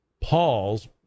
Pauls